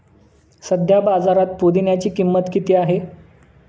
सध्या बाजारात पुदिन्याची किंमत किती आहे?